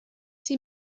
sie